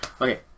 Okay